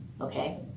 Okay